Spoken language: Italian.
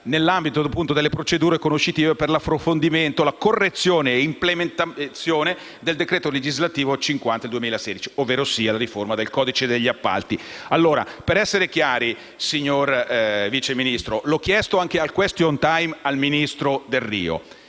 nell'ambito delle procedure conoscitive per l'approfondimento, la correzione e l'implementazione del decreto legislativo n. 50 del 2016, vale a dire la riforma del codice degli appalti. Per essere chiari, signor Vice Ministro - nel corso di un *question time* l'ho chiesto